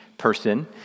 person